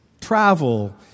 travel